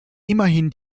immerhin